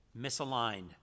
misaligned